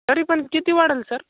तरी पण किती वाढंल सर